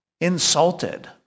insulted